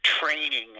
training